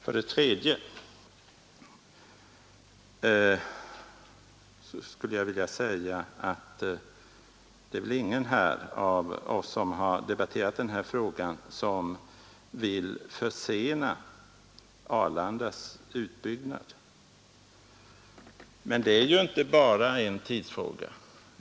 För det tredje är det väl ingen av oss som har debatterat denna fråga som vill försena Arlandas utbyggnad. Det är ju inte bara en tidsfråga.